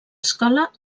escola